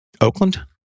Oakland